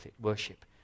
worship